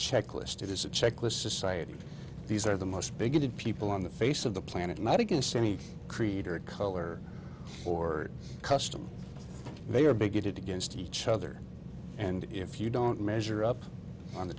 checklist it is a checklist society these are the most bigoted people on the face of the planet not against any creed or color or custom they are bigoted against each other and if you don't measure up on the